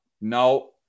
no